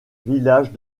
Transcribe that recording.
villages